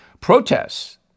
Protests